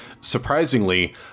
Surprisingly